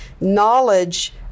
knowledge